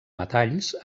metalls